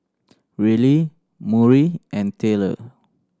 Riley Murry and Taylor